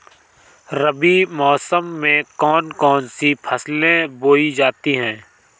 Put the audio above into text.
रबी मौसम में कौन कौन सी फसलें बोई जाती हैं?